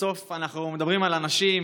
בסוף אנחנו מדברים על אנשים,